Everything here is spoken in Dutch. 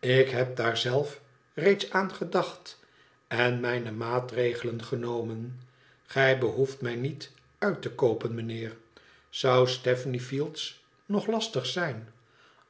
ik heb daar zelf reeds aan gedacht en mijne maatregelen genomen gij behoeft mij niet uit te koopen meneer zou stepney fields nog lastig zijn